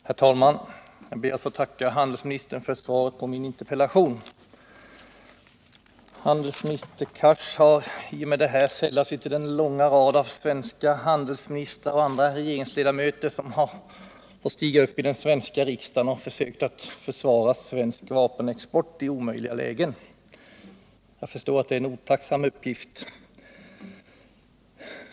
Herr talman! Jag ber att få tacka handelsministern för svaret på min interpellation. Handelsminister Cars har i och med detta svar sällat sig till den långa rad av handelsministrar och andra regeringsledamöter som har fått stiga uppi riksdagen och försöka försvara svensk vapenexport i omöjliga lägen. Jag förstår att det är en otacksam uppgift.